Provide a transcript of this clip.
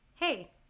Hey